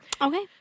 Okay